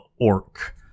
Orc